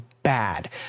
bad